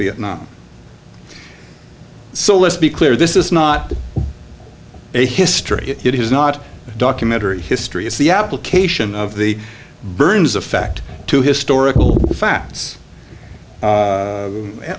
vietnam so let's be clear this is not a history it is not a documentary history it's the application of the burns effect to historical facts